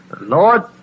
Lord